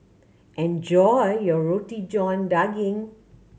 enjoy your Roti John Daging